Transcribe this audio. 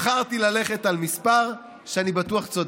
בחרתי ללכת על מספר שאני בטוח צודק: